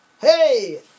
Hey